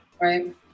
right